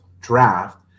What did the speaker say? draft